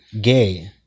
gay